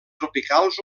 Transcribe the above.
tropicals